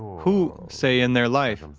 who, say, in their life,